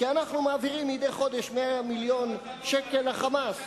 כי אנחנו מעבירים מדי חודש 100 מיליון שקל ל"חמאס".